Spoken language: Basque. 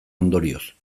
ondorioz